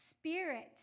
Spirit